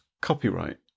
copyright